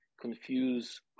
confuse